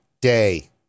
day